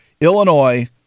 Illinois